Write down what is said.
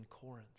Corinth